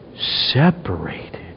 Separated